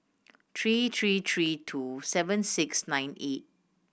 three three three two seven six nine eight